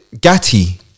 Gatti